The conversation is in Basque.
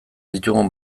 ditugun